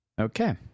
Okay